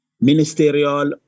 Ministerial